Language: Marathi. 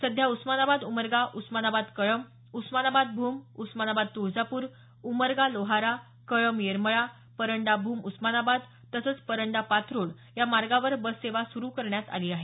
सध्या उस्मानाबाद उमरगा उस्मानाबाद कळंब उस्मानाबाद भूम उस्मानाबाद तुळजापूर उमरगा लोहारा कळंब येरमळा परंडा भूम उस्मानाबाद तसंच परंडा पाथ्रड या मार्गावर बस सेवा सुरू करण्यात आली आहे